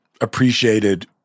appreciated